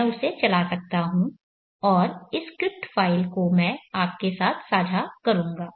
मैं उसे चला सकता हूं और इस स्क्रिप्ट फाइल को मैं आपके साथ साझा करूंगा